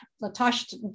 Natasha